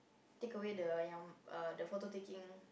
take away the yang uh the photo taking